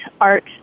art